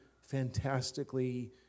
fantastically